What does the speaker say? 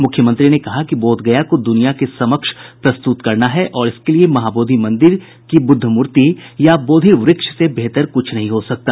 मुख्यमंत्री ने कहा कि बोधगया को दुनिया के समक्ष प्रस्तुत करना है तो इसके लिए महाबोधि मंदिर की ब्रद्ध मूर्ति या बोधिवक्ष से बेहतर कुछ नहीं हो सकता